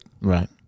right